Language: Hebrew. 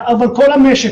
אבל זה כל המשק,